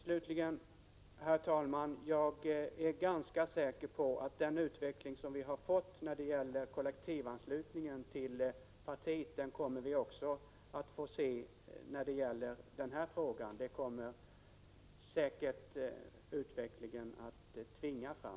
Slutligen, herr talman, är jag ganska säker på att den utveckling som vi har fått beträffande kollektivanslutning till parti också kommer att ske på detta område. Den utvecklingen kommer att tvingas fram.